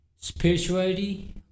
spirituality